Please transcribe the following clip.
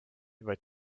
vaid